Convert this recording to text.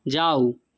যাও